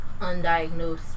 undiagnosed